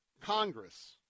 Congress